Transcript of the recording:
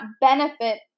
benefit